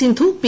Sindhu P